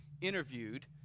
interviewed